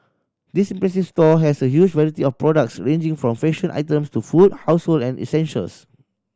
this impressive store has a huge variety of products ranging from fashion items to food household and essentials